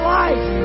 life